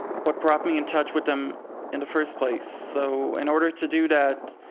what brought me in touch with them in the first place. so in order to do that,